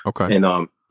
Okay